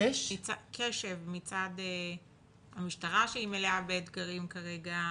מצד המשטרה שהיא מלאה באתגרים כרגע,